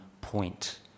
point